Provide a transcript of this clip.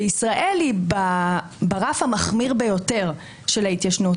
ישראל היא ברף המחמיר ביותר של ההתיישנות,